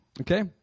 Okay